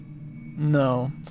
No